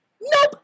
nope